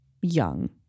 young